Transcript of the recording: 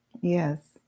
Yes